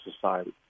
society